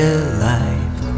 alive